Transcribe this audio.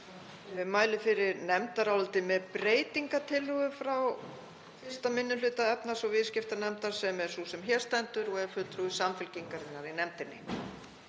Ég mæli fyrir nefndaráliti með breytingartillögu frá 1. minni hluta efnahags- og viðskiptanefndar, sem er sú sem hér stendur og er fulltrúi Samfylkingarinnar í nefndinni.